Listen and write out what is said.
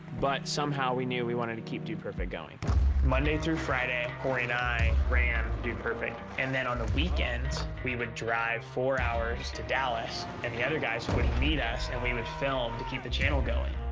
but somehow we knew we wanted to keep dude perfect going. coby monday through friday, cory and i ran dude perfect. and then on the weekends, we would drive four hours to dallas, and the other guys would meet us and we would film to keep the channel going.